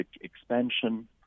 expansion